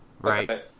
right